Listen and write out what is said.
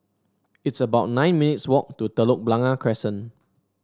it's about nine minutes' walk to Telok Blangah Crescent